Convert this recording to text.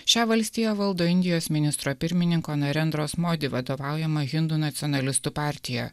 šią valstiją valdo indijos ministro pirmininko vadovaujama hindu nacionalistų partija